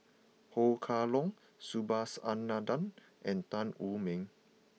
Ho Kah Leong Subhas Anandan and Tan Wu Meng